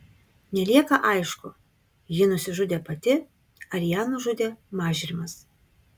nelieka aišku ji nusižudė pati ar ją nužudė mažrimas